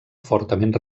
fortament